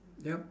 yup